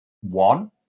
one